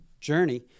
journey